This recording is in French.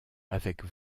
avec